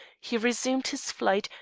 he resumed his flight,